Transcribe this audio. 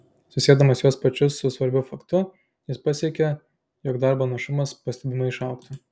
susiedamas juos pačius su svarbiu faktu jis pasiekė jog darbo našumas pastebimai išaugtų